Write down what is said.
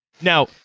Now